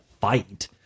fight